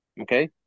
Okay